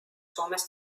soomes